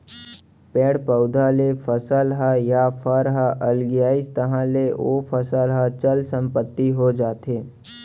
पेड़ पउधा ले फसल ह या फर ह अलगियाइस तहाँ ले ओ फसल ह चल संपत्ति हो जाथे